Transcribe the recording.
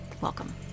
Welcome